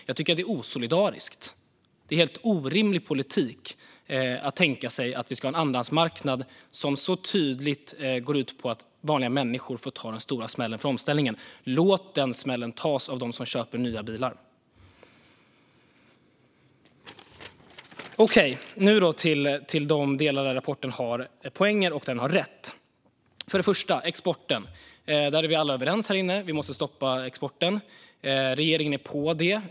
Jag tycker att det är osolidariskt. Det är helt orimlig politik att tänka sig att vi ska ha en andrahandsmarknad som så tydligt går ut på att vanliga människor får ta den stora smällen för omställningen. Låt den smällen tas av dem som köper nya bilar! Nu till de delar där rapporten har poänger och har rätt. När det gäller exporten är vi alla överens här inne: Vi måste stoppa exporten. Regeringen är på det.